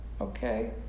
okay